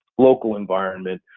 local environment.